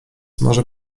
może